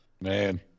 man